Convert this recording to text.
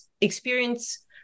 experience